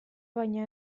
baina